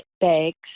bags